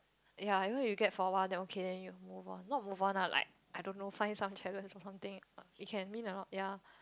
ya I know you get for a while then okay then you move on not move on lah like I don't know find some challenge or something you can mean a lot ya